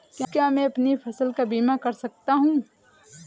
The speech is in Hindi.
क्या मैं अपनी फसल का बीमा कर सकता हूँ?